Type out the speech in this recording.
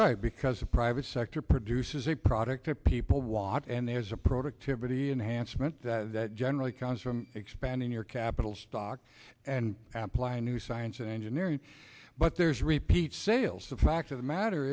right because a private sector produces a product that people want and there's a productivity enhancements that generally comes from expanding your capital stock and aplan new science and engineering but there's repeat sales the fact of the matter